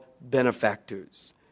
benefactors